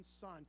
son